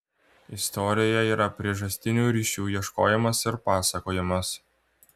istorija yra priežastinių ryšių ieškojimas ir pasakojimas